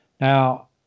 now